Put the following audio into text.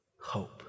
hope